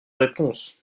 réponse